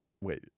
wait